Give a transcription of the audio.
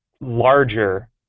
larger